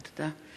תודה.